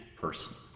person